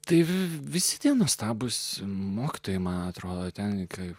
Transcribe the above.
tai visi tie nuostabūs mokytojai man atrodo tenka ir